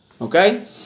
Okay